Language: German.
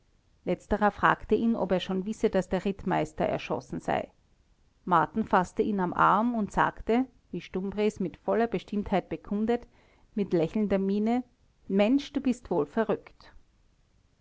letzterer fragte ihn ob er schon wisse daß der rittmeister erschossen sei marten faßte ihn am arm und sagte wie stumbries mit voller bestimmtheit bekundet mit lächelnder miene mensch du bist wohl verrückt